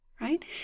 right